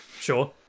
Sure